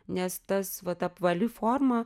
nes tas vat apvali forma